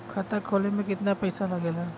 खाता खोले में कितना पईसा लगेला?